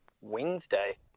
Wednesday